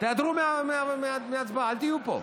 תיעדרו מההצבעה, אל תהיו פה.